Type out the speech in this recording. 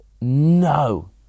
No